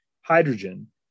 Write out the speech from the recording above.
hydrogen